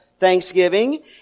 Thanksgiving